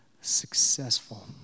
successful